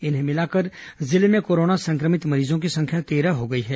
इन्हें मिलाकर जिले में कोरोना संक्रमित मरीजों की संख्या तेरह हो गई है